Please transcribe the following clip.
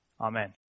Amen